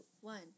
one